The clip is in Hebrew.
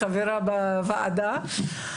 חברה בוועדה (צוחקת).